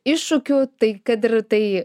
iššūkių tai kad ir tai